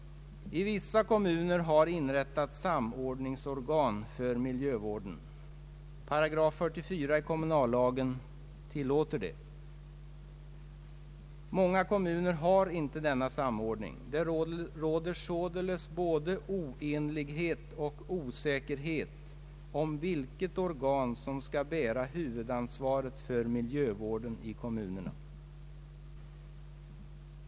I vissa kommuner har inrättats samordningsorgan för miljövården, 448 i kommunallagen tillåter det. Många kommuner har inte denna samordning. Det råder således både oenighet och osäkerhet om vilket organ som skall bära huvudansvaret för miljövården i kommunerna.